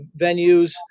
venues